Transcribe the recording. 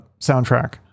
soundtrack